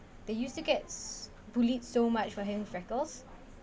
they used to get bullied so much for him freckles